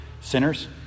Sinners